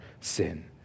sin